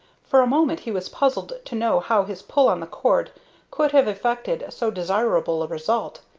for a moment he was puzzled to know how his pull on the cord could have effected so desirable a result,